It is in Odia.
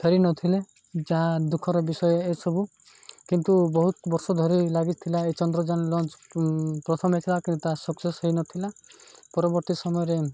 ଧରି ନଥିଲେ ଯାହା ଦୁଃଖର ବିଷୟ ଏସବୁ କିନ୍ତୁ ବହୁତ ବର୍ଷ ଧରି ଲାଗିଥିଲା ଏ ଚନ୍ଦ୍ରଯାନ ଲଞ୍ଚ ପ୍ରଥମେ ଥିଲା କିନ୍ତୁ ତା ସକ୍ସେସ୍ ହେଇନଥିଲା ପରବର୍ତ୍ତୀ ସମୟରେ